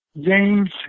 James